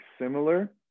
similar